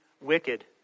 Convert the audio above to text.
wicked